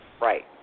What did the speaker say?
Right